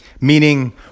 Meaning